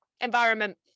environment